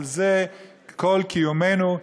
על זה כל קיומנו,